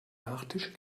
nachtisch